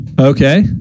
Okay